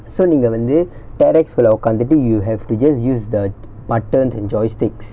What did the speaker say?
so நீங்க வந்து:neenga vanthu terrex குள்ள உக்காந்துட்டு:kulla ukkaanthutu you have to just use the buttons and joysticks